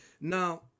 Now